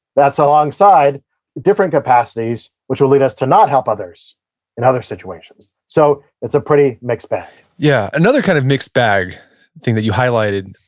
that's alongside different capacities which will lead us to not help others in other situations. so, it's a pretty mixed bag yeah. another kind of mixed bag thing that you highlighted,